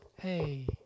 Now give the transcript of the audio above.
Hey